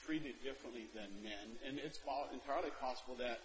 treated differently than men and it's entirely possible that